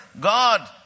God